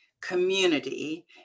community